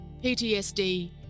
PTSD